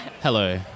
Hello